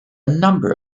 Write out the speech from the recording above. number